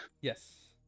Yes